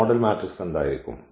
model matrix എന്തായിരിക്കും